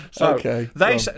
okay